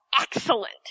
Excellent